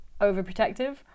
overprotective